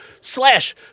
slash